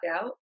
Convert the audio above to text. out